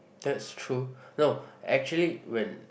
that's true no actually when